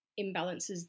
imbalances